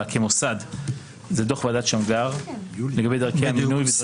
כמוסד זה דוח ועדת שמגר לגבי דרכי המינוי ו --- בדיוק,